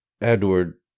Edward